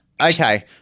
Okay